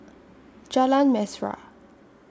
Jalan Mesra